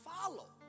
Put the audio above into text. follow